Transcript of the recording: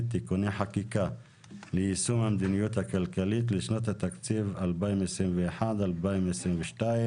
(תיקוני חקיקה ליישום המדיניות הכלכלית לשנות התקציב 2021 ו-2022),